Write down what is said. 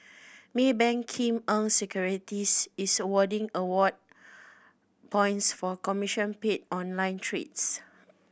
Maybank Kim Eng Securities is awarding award points for commission paid on online trades